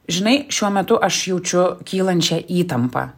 žinai šiuo metu aš jaučiu kylančią įtampą